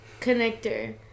connector